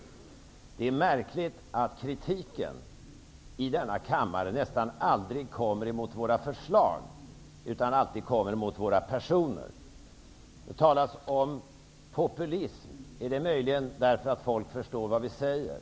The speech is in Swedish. Det är märkligt att kritiken i denna kammare nästan aldrig kommer mot våra förslag utan nästan alltid mot våra personer. Det talas om populism. Är det möjligen därför att folk förstår vad vi säger?